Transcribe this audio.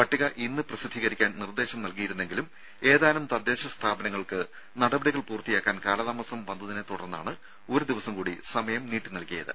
പട്ടിക ഇന്ന് പ്രസിദ്ധീകരിക്കാൻ നിർദ്ദേശം നൽകിയിരുന്നെങ്കിലും ഏതാനും തദ്ദേശ സ്ഥാപനങ്ങൾക്ക് നടപടികൾ പൂർത്തിയാക്കാൻ കാലതാമസം വന്നതിനെത്തുടർന്നാണ് ഒരു ദിവസം കൂടി സമയം നീട്ടി നൽകിയത്